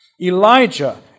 Elijah